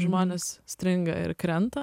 žmonės stringa ir krenta